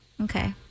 Okay